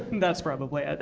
that's probably it.